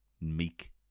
meek